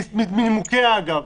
מנימוקיה, אגב.